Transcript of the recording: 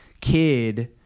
kid